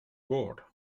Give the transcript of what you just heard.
bored